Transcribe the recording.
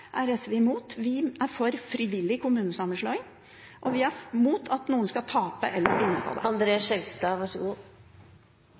imot. Vi er for frivillig kommunesammenslåing. Vi er imot at noen skal tape